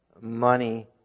money